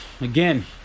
again